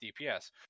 DPS